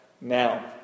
now